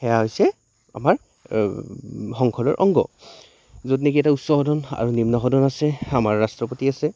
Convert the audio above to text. সেয়া হৈছে আমাৰ সংসদৰ অংগ য'ত নেকি এটা উচ্চ সদন আৰু নিম্ন সদন আছে আমাৰ ৰাষ্ট্ৰপতি আছে